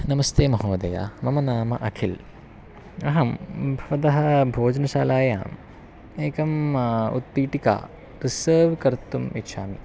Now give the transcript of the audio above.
नमस्ते महोदय मम नाम अखिलः अहं भवतः भोजनशालायाम् एकाम् उत्पीठिकां रिसर्व् कर्तुम् इच्छामि